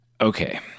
okay